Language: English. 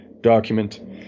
document